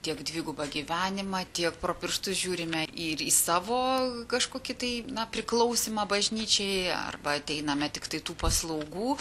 tiek dvigubą gyvenimą tiek pro pirštus žiūrime ir į savo kažkokį tai na priklausymą bažnyčiai arba ateiname tiktai tų paslaugų